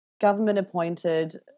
government-appointed